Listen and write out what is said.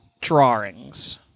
drawings